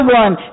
one